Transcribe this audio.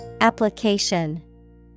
Application